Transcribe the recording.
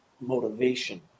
motivation